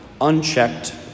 unchecked